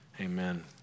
Amen